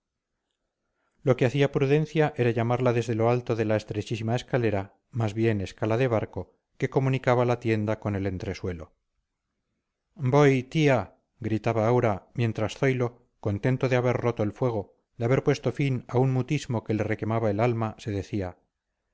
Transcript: lo que hacía prudencia era llamarla desde lo alto de la estrechísima escalera más bien escala de barco que comunicaba la tienda con el entresuelo voy tía gritaba aura mientras zoilo contento de haber roto el fuego de haber puesto fin a un mutismo que le requemaba el alma se decía